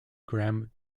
graham